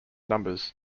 numbers